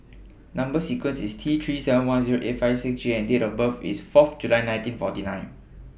Number sequence IS T three seven one Zero eight five six J and Date of birth IS forth July nineteen forty nine